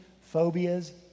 phobias